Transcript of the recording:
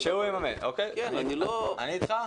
שהוא יממן, אוקיי, אני איתך.